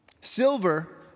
Silver